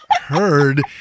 heard